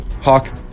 Hawk